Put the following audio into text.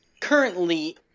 currently